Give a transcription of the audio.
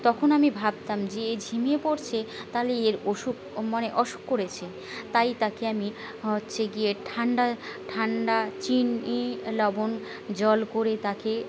তখন আমি ভাবতাম যে এ ঝিমিয়ে পড়ছে তাহলে এর অসুখ মানে অসুখ করেছে তাই তাকে আমি হচ্ছে গিয়ে ঠান্ডা ঠান্ডা চিনি লবণ জল করে তাকে